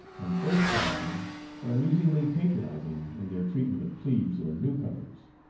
and third-class men are amusingly patronizing in their treatment of plebes or new-comers.